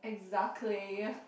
exactly